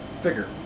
Figure